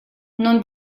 non